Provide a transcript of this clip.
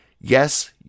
yes